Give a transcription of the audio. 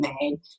made